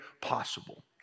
possible